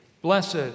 Blessed